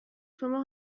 شما